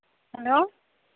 hello